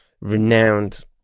renowned